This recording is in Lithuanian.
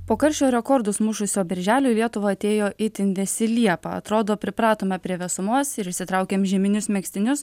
po karščio rekordus mušusio birželio į lietuvą atėjo itin vėsi liepa atrodo pripratome prie vėsumos ir išsitraukėm žieminius megztinius